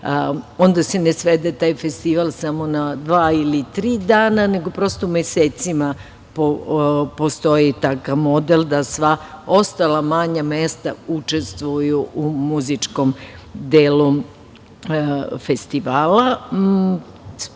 da se ne svede taj festival na dva ili tri dana, nego, prosto, mesecima. Postoji takav model da sva ostala manja mesta učestvuju u muzičkom delu festivala. Spomenuli